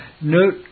Note